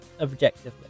objectively